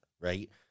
Right